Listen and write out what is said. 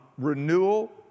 Renewal